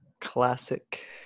Classic